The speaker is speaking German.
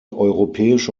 europäische